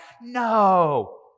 no